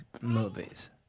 movies